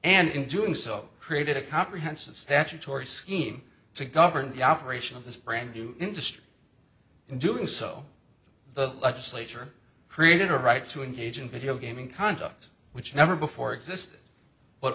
and in doing so created a comprehensive statutory scheme to govern the operation of this brand new industry in doing so the legislature created a right to engage in video gaming conduct which never before existed but